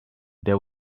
they